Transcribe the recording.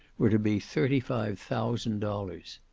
were to be thirty-five thousand dollars.